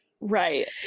Right